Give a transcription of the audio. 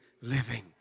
living